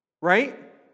right